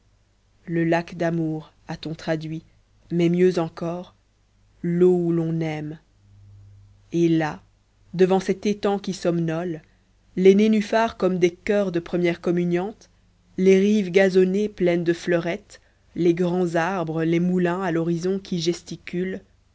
du minnewater le lac d'amour a-t-on traduit mais mieux encore l'eau où l'on aime et là devant cet étang qui somnole les nénuphars comme des coeurs de premières communiantes les rives gazonnées pleines de fleurettes les grands arbres les moulins à l'horizon qui gesticulent